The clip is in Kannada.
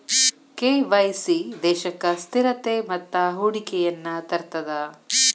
ಕೆ.ವಾಯ್.ಸಿ ದೇಶಕ್ಕ ಸ್ಥಿರತೆ ಮತ್ತ ಹೂಡಿಕೆಯನ್ನ ತರ್ತದ